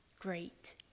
great